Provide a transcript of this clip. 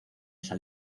esa